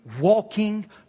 Walking